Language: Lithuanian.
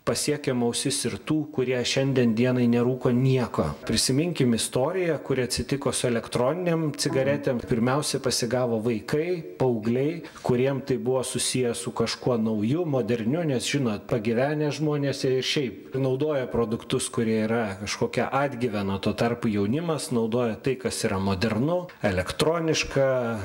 pasiekiam ausis ir tų kurie šiandien dienai nerūko nieko prisiminkim istoriją kuri atsitiko su elektroninėm cigaretėm pirmiausia pasigavo vaikai paaugliai kuriem tai buvo susiję su kažkuo nauju moderniu nes žinot pagyvenę žmonės jie ir šiaip naudoja produktus kurie yra kažkokia atgyvena tuo tarpu jaunimas naudoja tai kas yra modernu elektroniška